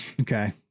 Okay